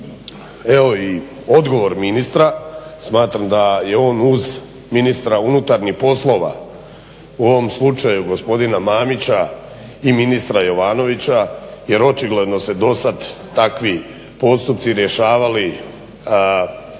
evo i odgovor ministra. Smatram da je on uz ministra unutarnjih poslova u ovom slučaju gospodina Mamića i ministra Jovanovića jer očigledno se dosad takvi postupci rješavali